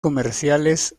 comerciales